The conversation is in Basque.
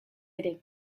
ere